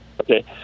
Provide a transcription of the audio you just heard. okay